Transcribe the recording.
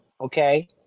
Okay